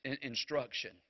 instruction